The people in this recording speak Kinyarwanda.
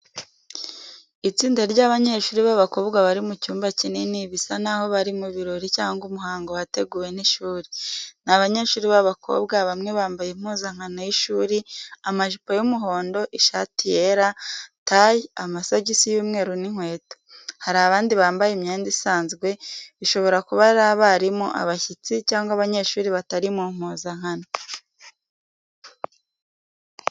Itsinda ry’abanyeshuri b’abakobwa bari mu cyumba kinini, bisa naho bari mu birori cyangwa umuhango wateguwe n’ishuri. Ni abanyeshuri b'abakobwa, bamwe bambaye impuzankano y’ishuri, amajipo y’umuhondo, ishati yera, tie, amasogisi y’umweru n’inkweto. Hari abandi bambaye imyenda isanzwe, bishobora kuba ari abarimu, abashyitsi, cyangwa abanyeshuri batari mu mpuzankano.